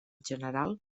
general